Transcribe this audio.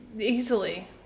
Easily